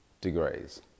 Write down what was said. degrees